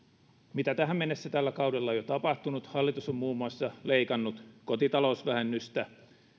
mitä tähän mennessä tällä kaudella on jo tapahtunut hallitus on muun muassa leikannut kotitalousvähennystä ja